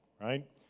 right